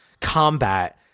combat